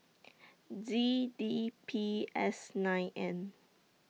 Z D P S nine N